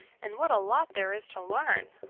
and what a lot there is to learn!